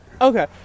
Okay